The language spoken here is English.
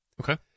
Okay